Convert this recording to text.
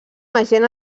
agent